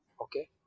okay